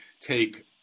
take